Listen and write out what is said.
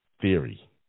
theory